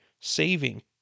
saving